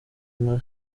nka